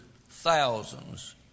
thousands